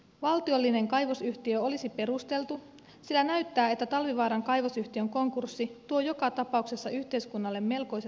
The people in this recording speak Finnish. valtiollinen kaivosyhtiö olisi perusteltu sillä näyttää että talvivaaran kaivosyhtiön konkurssi tuo joka tapauksessa yhteiskunnalle melkoiset vastuut